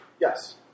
Yes